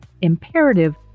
imperative